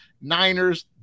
Niners